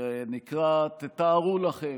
שנקרא "תתארו לכם"